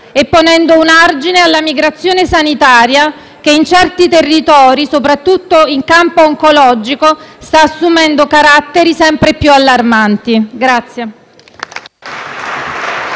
e ponendo un argine alla migrazione sanitaria, che in certi territori, soprattutto in campo oncologico, sta assumendo caratteri sempre più allarmanti.